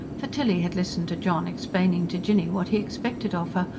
for tilly had listened to john explaining to jinny what he expected of her,